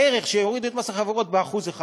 הורידו את מס החברות ב-1%,